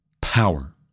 power